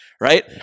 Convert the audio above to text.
right